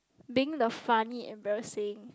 being the funny embarrassing